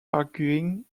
arguing